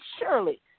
surely